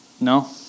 No